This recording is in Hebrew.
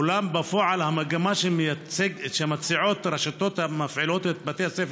אולם בפועל המגמה שמציעות הרשתות המפעילות את בתי הספר